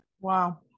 Wow